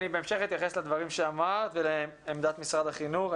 בהמשך אני אתייחס לדברים שאמרת ולעמדת משרד החינוך.